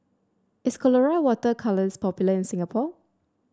is Colora Water Colours popular in Singapore